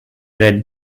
red